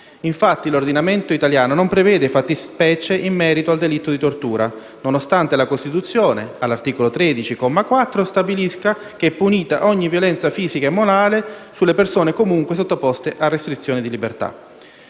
Infatti, l'ordinamento italiano non prevede fattispecie in merito al delitto di tortura, nonostante la Costituzione, all'articolo 13, comma quarto, stabilisca che è punita ogni violenza fisica e morale sulle persone comunque sottoposte a restrizioni di libertà.